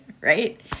right